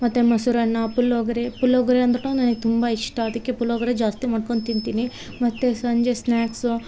ಮತ್ತು ಮೊಸರನ್ನ ಪುಳೋಗ್ರೆ ಪುಳೋಗ್ರೆ ಅಂದ್ರೂ ನನಗ್ ತುಂಬ ಇಷ್ಟ ಅದಕ್ಕೆ ಪುಳೋಗ್ರೆ ಜಾಸ್ತಿ ಮಾಡ್ಕೊಂಡು ತಿಂತೀನಿ ಮತ್ತು ಸಂಜೆ ಸ್ನ್ಯಾಕ್ಸು